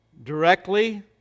Directly